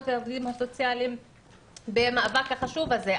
והעובדים הסוציאליים במאבק החשוב הזה,